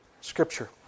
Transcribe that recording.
Scripture